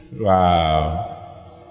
Wow